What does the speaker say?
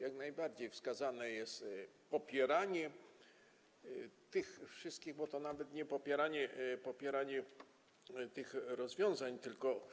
Jak najbardziej wskazane jest popieranie tego wszystkiego - bo to nawet nie popieranie tych rozwiązań, tylko